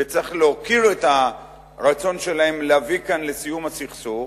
וצריך להוקיר את הרצון שלהם להביא כאן לסיום הסכסוך,